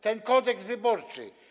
Ten Kodeks wyborczy.